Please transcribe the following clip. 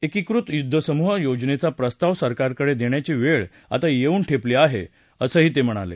एकीकृत युद्ध समूह योजनेचा प्रस्ताव सरकारकडे देण्याची वेळ आता येऊन ठेपली आहे असं ते म्हणाले